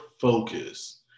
Focus